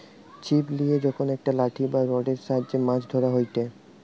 ছিপ লিয়ে যখন একটা লাঠি বা রোডের সাহায্যে মাছ ধরা হয়টে